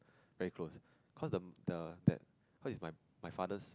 very close cause the the that cause is my my father's